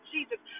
Jesus